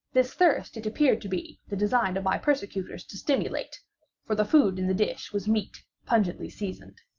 this thirst it appeared to be the design of my persecutors to stimulate for the food in the dish was meat pungently seasoned.